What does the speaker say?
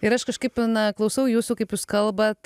ir aš kažkaip na klausau jūsų kaip jūs kalbat